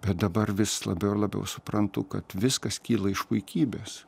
bet dabar vis labiau ir labiau suprantu kad viskas kyla iš puikybės